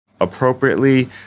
appropriately